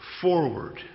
forward